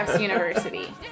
university